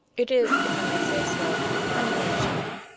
it is, if i may say so, honeymoonshine.